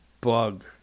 bug